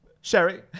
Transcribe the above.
Sherry